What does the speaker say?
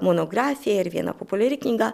monografija ir viena populiari knyga